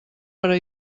per